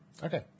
Okay